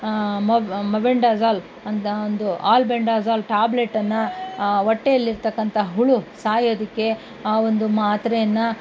ಮೊಬ್ mebendazole ಅಂತ ಒಂದು albendazole ಟ್ಯಾಬ್ಲೆಟನ್ನು ಹೊಟ್ಟೆಯಲ್ಲಿ ಇರತಕ್ಕಂಥ ಹುಳು ಸಾಯೋದಕ್ಕೆ ಆ ಒಂದು ಮಾತ್ರೆಯನ್ನು